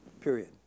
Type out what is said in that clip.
Period